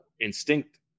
instinct